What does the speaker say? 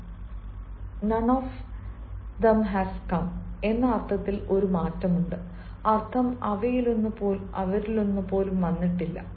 ഇപ്പോൾ ഇവിടെ none of has come എന്ന അർത്ഥത്തിൽ ഒരു മാറ്റമുണ്ട് അർത്ഥം അവയിലൊന്ന് പോലും വന്നിട്ടില്ല